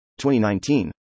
2019